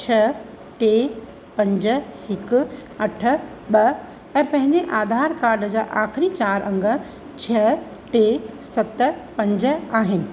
छ टे पंज हिकु अठ ॿ ऐं पंहिंजे आधार कार्ड जा आखरीं चारि अंङ छ टे सत पंज आहिनि